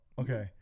Okay